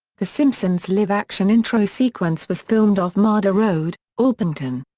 the simpsons live action intro sequence was filmed off mada road, orpington.